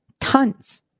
Tons